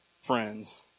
friends